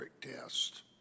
test